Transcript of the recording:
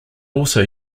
also